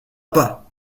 pas